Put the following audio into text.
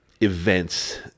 events